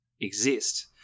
exist